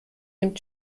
dem